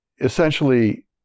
essentially